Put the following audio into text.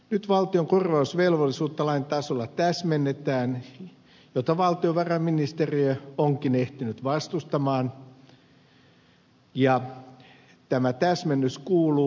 nyt valtion korvausvelvollisuutta lain tasolla täsmennetään mitä valtiovarainministeriö onkin ehtinyt vastustaa ja tämä täsmennys kuuluu